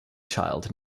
child